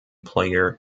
player